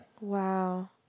wow